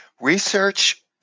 Research